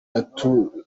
yaturutse